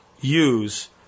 use